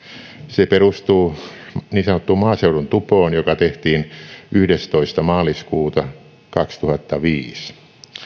se perustuu niin sanottuun maaseudun tupoon joka tehtiin yhdestoista maaliskuuta kaksituhattaviisi